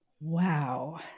Wow